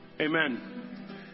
Amen